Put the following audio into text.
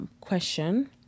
question